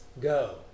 go